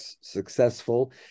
successful